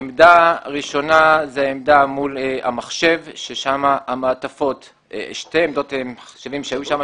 עמדה ראשונה זה שתי עמדות מחשבים שהיו שם,